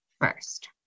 first